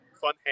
fun